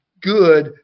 good